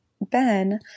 Ben